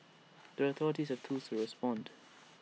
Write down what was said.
the authorities have tools to respond